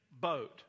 boat